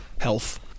health